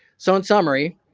so, in summary,